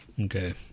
Okay